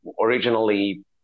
originally